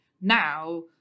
now